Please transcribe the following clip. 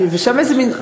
איזה מין,